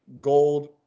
gold